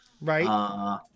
Right